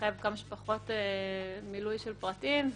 שמחייב כמה שפחות מילוי של פרטים,